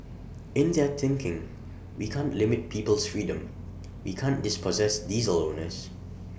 in their thinking we can't limit people's freedom we can't dispossess diesel owners